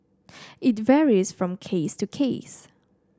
it varies from case to case